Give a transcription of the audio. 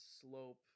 slope